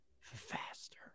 faster